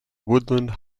woodland